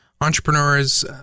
entrepreneurs